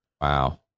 Wow